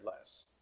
less